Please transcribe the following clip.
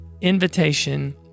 invitation